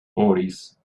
boris